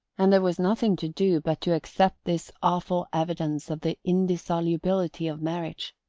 and there was nothing to do but to accept this awful evidence of the indissolubility of marriage.